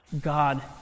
God